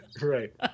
Right